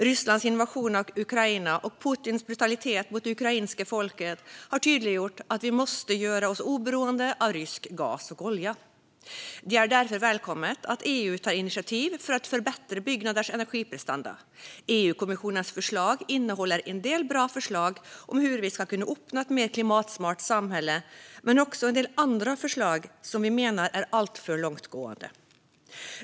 Rysslands invasion av Ukraina och Putins brutalitet mot det ukrainska folket har tydliggjort att vi måste göra oss oberoende av rysk gas och olja. Det är därför välkommet att EU tar initiativ för att förbättra byggnaders energiprestanda. EU-kommissionens förslag innehåller en del bra förslag om hur vi kan uppnå ett mer klimatsmart samhälle men också en del andra förslag som vi menar är alltför långtgående.